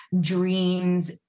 dreams